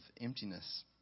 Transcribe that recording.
emptiness